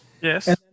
Yes